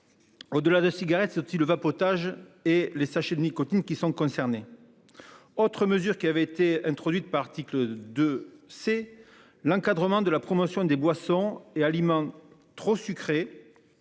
Au-delà de cigarettes le vapotage et les sachets de nicotine qui sont concernés. Autre mesure qui avait été introduite par article de c'est l'encadrement de la promotion des boissons et aliments trop sucrés.